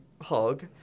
hug